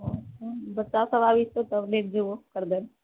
बच्चा सब आबैत छै तब लएके जेबौ खरीदए लए